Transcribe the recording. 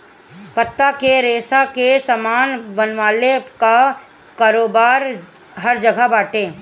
पत्ता के रेशा से सामान बनवले कअ कारोबार हर जगह बाटे